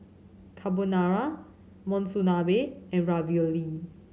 Carbonara Monsunabe and Ravioli